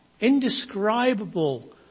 indescribable